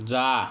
जा